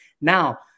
Now